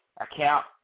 account